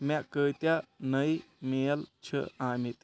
مےٚ کۭتیاہ نٔے میل چھِ آمٕتۍ